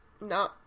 No